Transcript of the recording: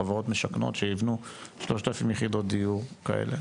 חברות משכנות שיבנו 3,000 יחידות דיור כאלה?